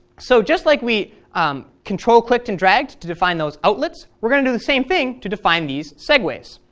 so just like we um control clicked and dragged to define those outlets we're going to do the same thing to define these segues. we'll